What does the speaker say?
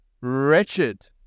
wretched